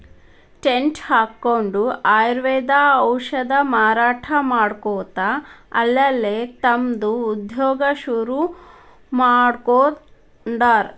tent ಹಕ್ಕೊಂಡ್ ಆಯುರ್ವೇದ ಔಷಧ ಮಾರಾಟಾ ಮಾಡ್ಕೊತ ಅಲ್ಲಲ್ಲೇ ತಮ್ದ ಉದ್ಯೋಗಾ ಶುರುರುಮಾಡ್ಕೊಂಡಾರ್